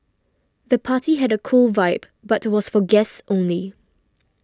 the party had a cool vibe but was for guests only